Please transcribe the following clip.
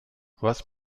was